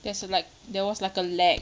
there's a like there was like a lag